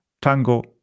Tango